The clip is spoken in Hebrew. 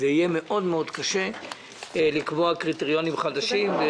יהיה קשה מאוד לקבוע קריטריונים חדשים.